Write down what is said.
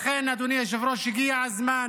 לכן, אדוני היושב-ראש, הגיע הזמן